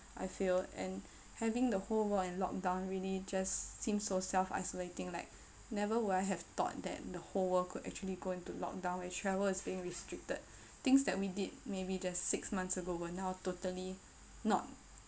I feel and having the whole world in lockdown really just seems so self isolating like never would I have thought that the whole world could actually go into lockdown where travel is being restricted things that we did maybe just six months ago were now totally not